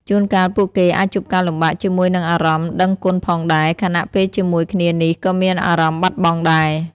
ជួនកាលពួកគេអាចជួបការលំបាកជាមួយនឹងអារម្មណ៍ដឹងគុណផងដែរ ខណៈពេលជាមួយគ្នានេះក៏មានអារម្មណ៍បាត់បង់ដែរ។